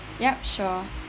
ya sure